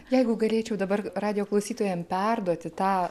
jeigu galėčiau dabar radijo klausytojam perduoti tą